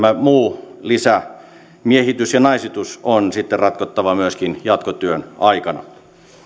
muu lisämiehitys ja naisitus on sitten ratkottava myöskin jatkotyön aikana